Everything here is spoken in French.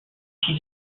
sous